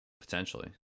potentially